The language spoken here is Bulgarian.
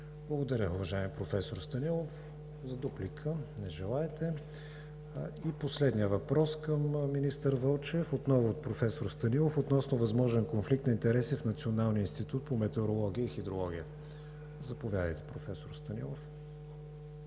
Благодаря, уважаеми професор Станилов. За дуплика? Не желаете. Последният въпрос към министър Вълчев отново е от професор Станилов относно възможен конфликт на интереси в Националния институт по метеорология и хидрология. Заповядайте, професор Станилов.